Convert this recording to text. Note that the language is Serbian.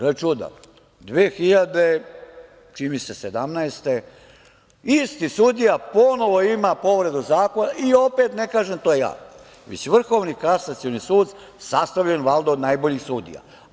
E, gle čuda, 2017. godine isti sudija ponovo ima povredu zakona i opet ne kažem to ja, već Vrhovni kasacioni sud, sastavljen, valjda, od najboljih sudija.